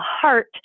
heart